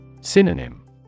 Synonym